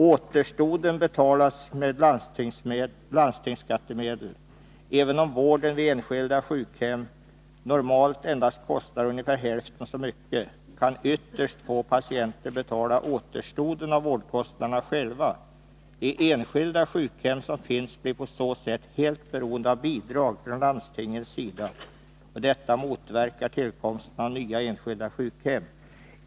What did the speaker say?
Återstoden betalas medelst landstingsskattemedel. Även om vården vid enskilda sjukhem normalt endast kostar ungefär hälften så mycket, kan ytterst få patienter betala återstoden av vårdkostnaden själva. De enskilda sjukhem som finns blir på så sätt helt beroende av bidrag från landstingens sida. Detta motverkar tillkomsten av nya enskilda sjukhem.